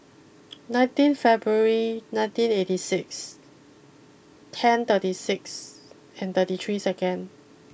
nineteen February nineteen eighty six ten thirty six and thirty three second